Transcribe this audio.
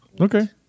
Okay